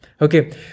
Okay